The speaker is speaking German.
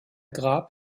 grab